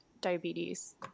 diabetes